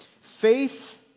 Faith